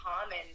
common